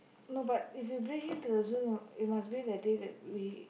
no but if you bring him to the zoo you must bring the day that we